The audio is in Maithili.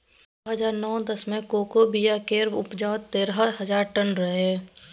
दु हजार नौ दस मे कोको बिया केर उपजा तेरह हजार टन रहै